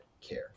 care